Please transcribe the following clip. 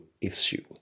issue